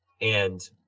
And-